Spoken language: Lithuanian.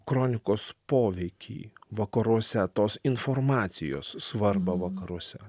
kronikos poveikį vakaruose tos informacijos svarbą vakaruose